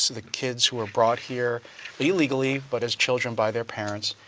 the kids who were brought here illegally, but as children by their parents,